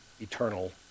eternal